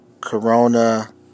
corona